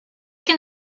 can